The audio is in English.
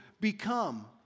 become